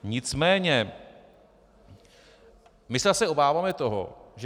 Nicméně se zase obáváme toho, že